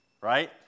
right